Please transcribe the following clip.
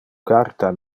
carta